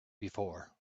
before